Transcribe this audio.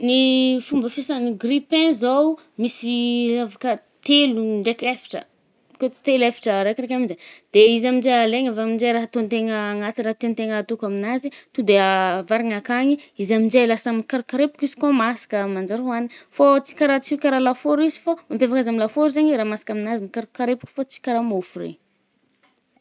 Ny fomba fiasagnan’ grille-pain zaoo misy afaka telo ndraiky eftra. Kô tsy telo-eftra raikaraika aminje, de izy aminje, alegna avy aminje raha atôntegna agnaty raha tiàntegna atôko aminazy e. to de avarigna akagny i, izy aminje lasa karakarepoky izy aminje koà maska a, manjary oanigny. Fô tsy karaha tsy karaha lafôro izy fô mampiavka azy amy lafôro zaigny i raha masaka aminazy mkarakarepoky fô tsy karaha môfo regny.